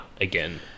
again